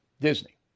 Disney